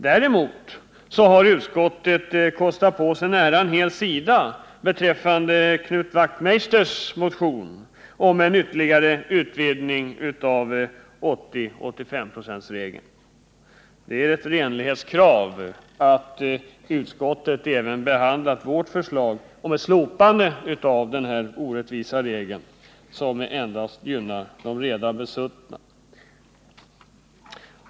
Däremot har utskottet kostat på sig nära en hel sida beträffande Knut Wachtmeisters motion om en ytterligare utvidgning av 80/85-procentsregeln. Det skulle ha varit att uppfylla ett renlighetskrav om utskottet även behandlat vårt förslag om ett slopande av denna orättvisa regel, som endast gynnar de redan besuttna.